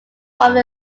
one